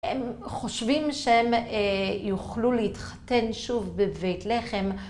הם חושבים שהם יוכלו להתחתן שוב בבית לחם.